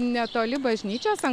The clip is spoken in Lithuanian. netoli bažnyčios ant